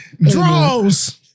draws